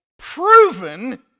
proven